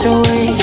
away